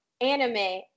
Anime